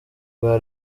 bwa